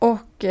Och